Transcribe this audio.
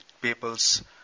people's